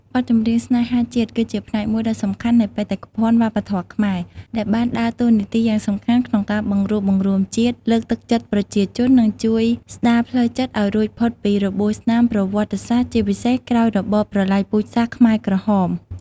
បទចម្រៀងស្នេហាជាតិ គឺជាផ្នែកមួយដ៏សំខាន់នៃបេតិកភណ្ឌវប្បធម៌ខ្មែរ ដែលបានដើរតួនាទីយ៉ាងសំខាន់ក្នុងការបង្រួបបង្រួមជាតិ លើកទឹកចិត្តប្រជាជន និងជួយស្ដារផ្លូវចិត្តឲ្យរួចផុតពីរបួសស្នាមប្រវត្តិសាស្ត្រ ជាពិសេសក្រោយរបបប្រល័យពូជសាសន៍ខ្មែរក្រហម។